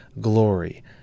glory